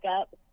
up